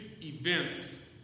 events